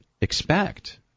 expect